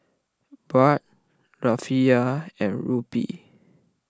Baht Rufiyaa and Rupee